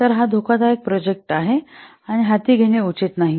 तर हा धोकादायक प्रोजेक्ट हाती घेणे उचित नाही